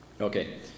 okay